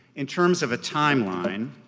in terms of a timeline,